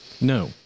No